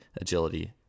agility